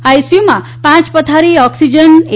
આ આઈસીયુમાં પાંચ પથારી ઓક્સિજન એ